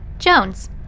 Jones